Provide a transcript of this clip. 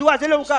מדוע זה לא הוגש?